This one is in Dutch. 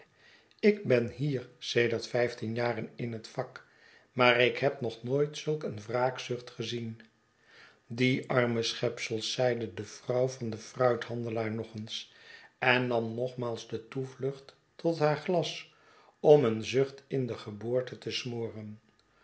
ik ben hier sedert vijftienjaren in het vak maar ik heb nog nooit zulkeen wraakzucht gezien die arme schepsels zeide de vrouw van den fruithandelaar nog eens en nam nogmaals de toevlucht tot haar glas om een zucht in de geboorte te smoren